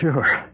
Sure